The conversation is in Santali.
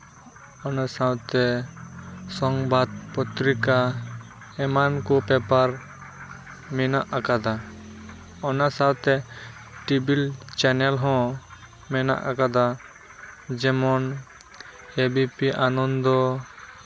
ᱚᱱᱟ ᱥᱟᱶᱛᱮ ᱥᱚᱝᱵᱟᱫ ᱯᱚᱛᱛᱨᱤᱠᱟ ᱮᱢᱟᱱ ᱠᱚ ᱯᱮᱯᱟᱨ ᱢᱮᱱᱟᱜ ᱟᱠᱟᱫᱟ ᱚᱱᱟ ᱥᱟᱶᱛᱮ ᱴᱤᱵᱷᱤ ᱪᱮᱱᱮᱞ ᱦᱚᱸ ᱢᱮᱱᱟᱜ ᱠᱟᱫᱟ ᱡᱮᱢᱚᱱ ᱮ ᱵᱤ ᱯᱤ ᱟᱱᱚᱱᱫᱚ